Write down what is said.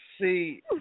See